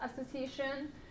Association